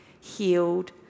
healed